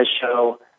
show